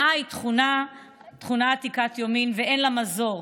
קנאה היא תכונה עתיקת יומין ואין לה מזור.